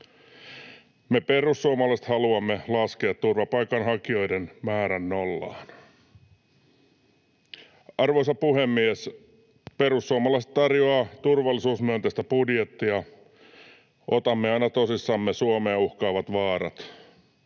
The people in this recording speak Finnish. Me perussuomalaiset haluamme laskea turvapaikanhakijoiden määrän nollaan. Arvoisa puhemies! Perussuomalaiset tarjoavat turvallisuusmyönteistä budjettia. Otamme aina tosissamme Suomea uhkaavat vaarat.